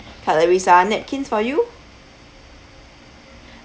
cutleries ah napkins for you